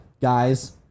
guys